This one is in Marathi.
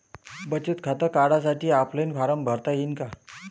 बचत खातं काढासाठी ऑफलाईन फारम भरता येईन का?